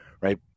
right